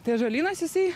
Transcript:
tai ąžolynas jisai